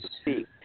speak